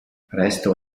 presto